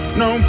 no